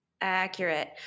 Accurate